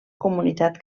comunitat